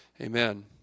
Amen